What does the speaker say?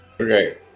Okay